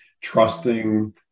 trusting